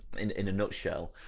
in a nutshell.